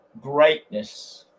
greatness